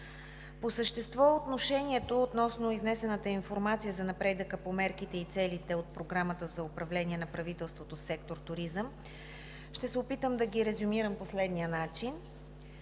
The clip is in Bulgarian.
По същество, отношението относно изнесената информация за напредъка по мерките и целите от Програмата за управление на правителството в сектор „туризъм“, ще се опитам да резюмирам по следния начин.